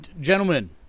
Gentlemen